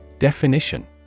Definition